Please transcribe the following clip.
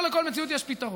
לא לכל מציאות יש פתרון.